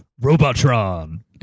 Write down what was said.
Robotron